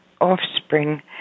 offspring